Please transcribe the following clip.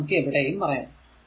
അത് നമുക്ക് എവിടെയും പറയാം